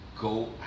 go